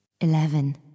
Eleven